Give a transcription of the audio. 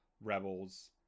rebels